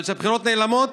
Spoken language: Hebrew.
אבל כשהבחירות נעלמות,